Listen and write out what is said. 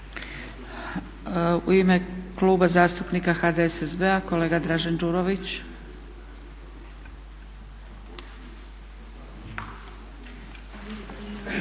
U ime Kluba zastupnika HDSSB-a kolega Dražen Đurović.